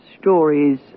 stories